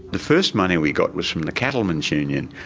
the first money we got was from the cattlemen's union.